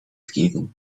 scathing